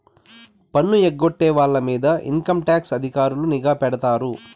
పన్ను ఎగ్గొట్టే వాళ్ళ మీద ఇన్కంటాక్స్ అధికారులు నిఘా పెడతారు